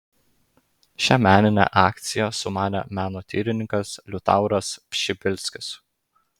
šią meninę akciją sumanė menotyrininkas liutauras pšibilskis